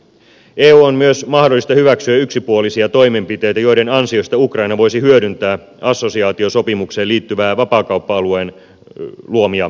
eun on myös mahdollista hyväksyä yksipuolisia toimenpiteitä joiden ansiosta ukraina voisi hyödyntää assosiaatiosopimukseen liittyvän vapaakauppa alueen luomia etuja